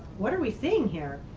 what are we seeing here?